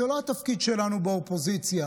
זה לא התפקיד שלנו באופוזיציה